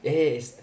ya ya it's